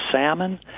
salmon